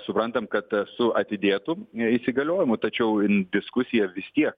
suprantam kad su atidėtu įsigaliojimu tačiau ir diskusija vis tiek